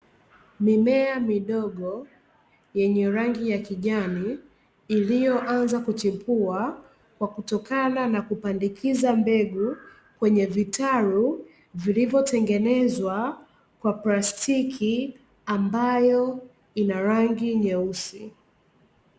Mimea midogo yenye rangi ya kujani, iliyoanza kuchipua, kutokana na kupandikiza mbegu kwenye vitalu vilivyotengenezwa kwa plastiki ambayo ina rangi nyeusi.